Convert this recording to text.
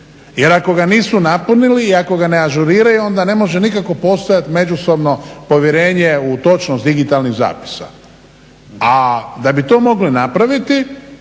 jer ako ga nisu napunili i ako ga ne ažuriraju onda ne može nikako postojati međusobno povjerenje u točnost digitalnih zapisa. A da bi to mogli napraviti